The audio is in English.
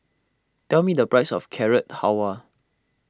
tell me the price of Carrot Halwa